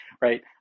Right